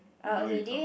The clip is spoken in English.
with the way we count